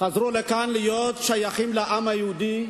להיות שייכים לעם היהודי,